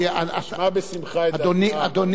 אדוני יושב-ראש ועדת החוץ והביטחון,